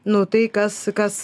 nu tai kas kas